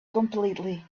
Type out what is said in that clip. completely